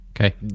Okay